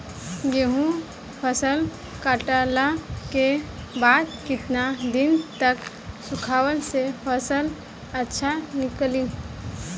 गेंहू फसल कटला के बाद केतना दिन तक सुखावला से फसल अच्छा निकली?